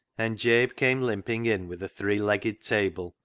and jabe came limping in with a three-legged table,